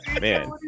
man